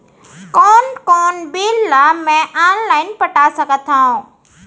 कोन कोन बिल ला मैं ऑनलाइन पटा सकत हव?